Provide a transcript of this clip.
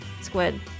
squid